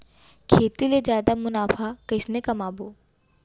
खेती ले जादा मुनाफा कइसने कमाबो?